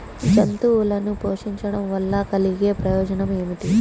జంతువులను పోషించడం వల్ల కలిగే ప్రయోజనం ఏమిటీ?